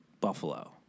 Buffalo